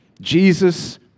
Jesus